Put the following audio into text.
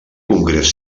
congrés